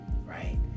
Right